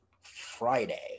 Friday